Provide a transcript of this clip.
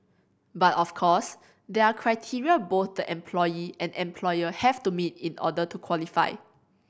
but of course there are criteria both the employee and employer have to meet in order to qualify